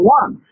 one